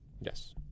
Yes